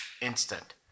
instant